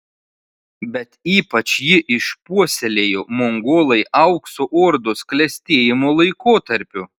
bet ypač jį išpuoselėjo mongolai aukso ordos klestėjimo laikotarpiu